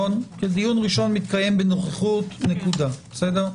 דיון ראשון מתקיים בנוכחות, נקודה.